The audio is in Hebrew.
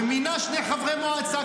ומינה שני חברי מועצה,